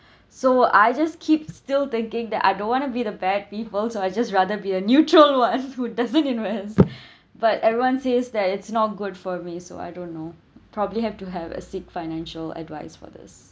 so I just keep still thinking that I don't want to be the bad people so I just rather be a neutral one who does not invest but everyone says that it's not good for me so I don't know probably have to have uh seek financial advice for this